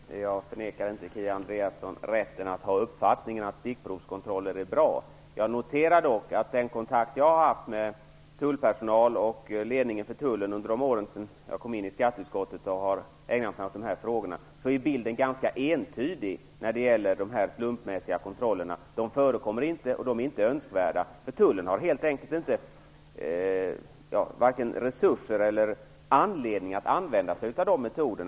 Fru talman! Jag förnekar inte Kia Andreasson rätten att ha uppfattningen att stickprovskontroller är bra. Jag noterar dock att den kontakt jag har haft med tullpersonal och tulledning under de år som gått sedan jag kom in i skatteutskottet och började ägna mig åt dessa frågor ger en ganska entydig bild när det gäller de slumpmässiga kontrollerna: De förekommer inte, och de är inte önskvärda. Tullen har helt enkelt varken resurser eller anledning att använda sig av den metoden.